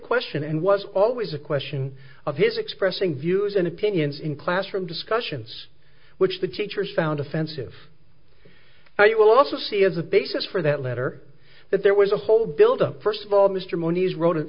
question and was always a question of his expressing views and opinions in classroom discussions which the teachers found offensive so you will also see as a basis for that letter that there was a whole build up first of all mr mooney's wrote an